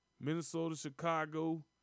Minnesota-Chicago